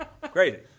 Great